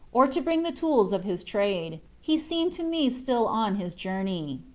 or to bring the tools of his trade. he seemed to me still on his journey.